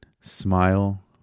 smile